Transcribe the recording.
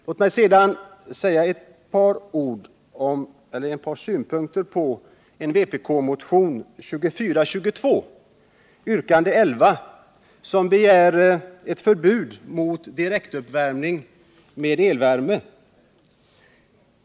Låt mig sedan framföra ett par synpunkter på vpk-motionen 2422, yrkandet 11, i vilket begärs förbud mot direktuppvärmning med elvärme.